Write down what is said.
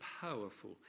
powerful